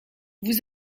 vous